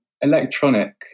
electronic